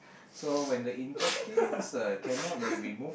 so when the intestine uh cannot be removed